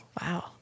wow